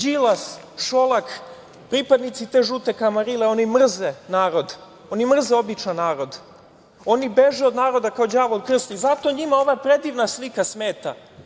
Đilas, Šolak, pripadnici te žute kamarile, oni mrze narod, oni mrze običan narod, oni beže od naroda kao đavo od krst i zato njima ova predivna slika smeta.